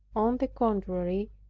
on the contrary,